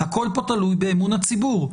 הכול פה תלוי באמון הציבור.